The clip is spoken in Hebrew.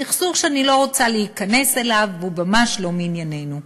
סכסוך שאני לא רוצה להיכנס אליו והוא ממש לא מענייננו.